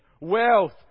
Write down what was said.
wealth